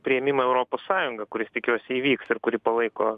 priėmimą į europos sąjungą kuris tikiuosi įvyks ir kurį palaiko